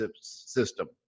system